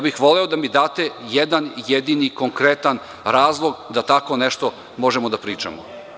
Voleo bih da mi date jedan jedini konkretan razlog da tako nešto možemo da pričamo.